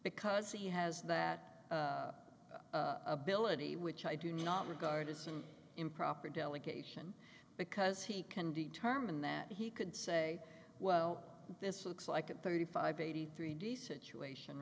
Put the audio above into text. because he has that ability which i do not regard as an improper delegation because he can determine that he could say well this looks like a thirty five eighty three days situation